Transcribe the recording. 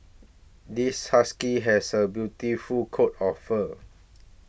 this husky has a beautiful coat of fur